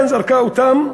כן, זרקה אותם.